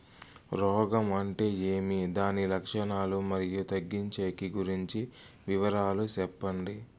రోగం అంటే ఏమి దాని లక్షణాలు, మరియు తగ్గించేకి గురించి వివరాలు సెప్పండి?